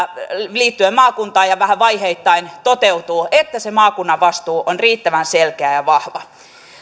liittyen maakuntaan toteutuu vähän vaiheittain se maakunnan vastuu on riittävän selkeä ja vahva